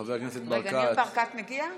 חבר הכנסת ברקת מגיע?